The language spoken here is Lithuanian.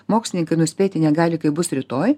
mokslininkai nuspėti negali kaip bus rytoj